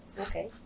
Okay